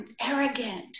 arrogant